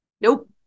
Nope